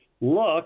Look